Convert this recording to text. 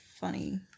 funny